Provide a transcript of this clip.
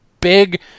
big